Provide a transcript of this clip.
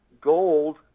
gold